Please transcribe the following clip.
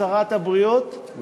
שרת הבריאות,